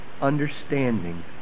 understanding